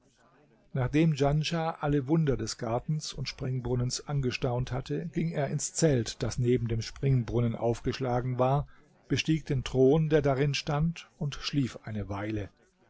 nachdem djanschah alle wunder des gartens und springbrunnens angestaunt hatte ging er ins zelt das neben dem springbrunnen aufgeschlagen war bestieg den thron der darin stand und schlief eine weile